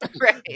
Right